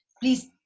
Please